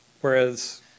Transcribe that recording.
Whereas